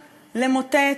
למוטט,